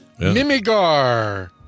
Mimigar